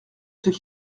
ceux